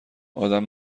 ادم